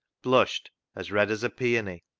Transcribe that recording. blushed as red as a peony,